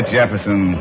Jefferson